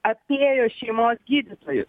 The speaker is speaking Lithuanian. apėjo šeimos gydytojus